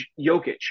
Jokic